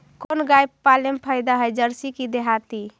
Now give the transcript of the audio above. कोन गाय पाले मे फायदा है जरसी कि देहाती?